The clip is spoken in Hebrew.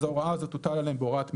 אז ההוראה הזאת תוטל עליהם בהוראת מינהל.